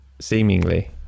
seemingly